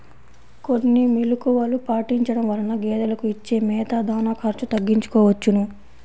కొన్ని మెలుకువలు పాటించడం వలన గేదెలకు ఇచ్చే మేత, దాణా ఖర్చు తగ్గించుకోవచ్చును